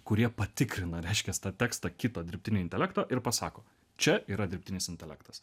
kurie patikrina reiškias tą tekstą kitą dirbtinį intelektą ir pasako čia yra dirbtinis intelektas